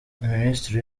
minisitiri